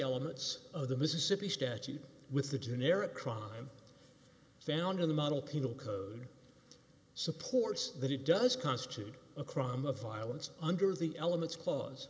elements of the mississippi statute with the generic crime found in the model penal code supports that it does constitute a crime of violence under the elements clause